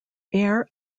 air